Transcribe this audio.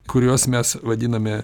kuriuos mes vadiname